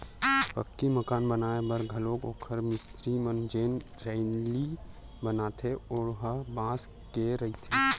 पक्की मकान बनाए बर घलोक ओखर मिस्तिरी मन जेन चइली बनाथे ओ ह बांस के रहिथे